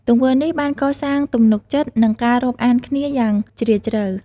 ទង្វើនេះបានកសាងទំនុកចិត្ត និងការរាប់អានគ្នាយ៉ាងជ្រាលជ្រៅ។